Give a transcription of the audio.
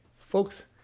Folks